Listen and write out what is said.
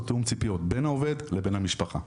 תאום ציפיות בין העובד לבין המשפחה,